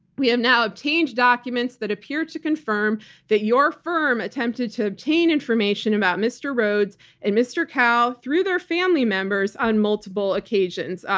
we have um now obtained documents that appear to confirm that your firm attempted to obtain information about mr. rhodes and mr. kahl through their family members on multiple occasions.